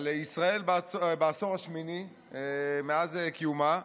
ישראל בעשור השמיני מאז קיומה,